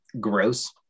gross